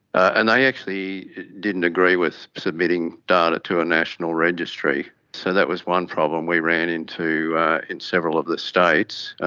and they actually didn't agree with submitting data to a national registry. so that was one problem we ran into in several of the states.